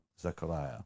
Zechariah